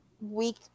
week